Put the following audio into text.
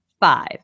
Five